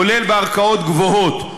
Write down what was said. כולל בערכאות גבוהות.